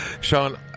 Sean